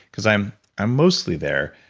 because i'm i'm mostly there,